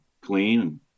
clean